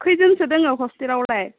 खैजोनसो दोङो हस्टेलावलाय